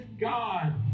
god